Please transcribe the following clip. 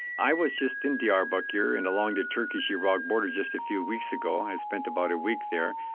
i was just in diyarbakir and along the turkish-iraq border just a few weeks ago, i spent about a week there.